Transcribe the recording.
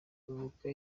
avuga